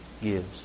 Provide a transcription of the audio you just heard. gives